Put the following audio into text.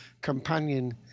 companion